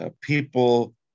People